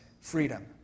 freedom